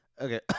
Okay